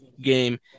game